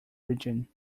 region